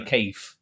Keith